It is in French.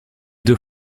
deux